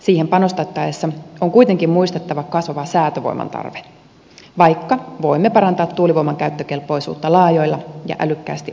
siihen panostettaessa on kuitenkin muistettava kasvava säätövoiman tarve vaikka voimme parantaa tuulivoiman käyttökelpoisuutta laajoilla ja älykkäästi ohjatuilla sähköverkoilla